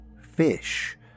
fish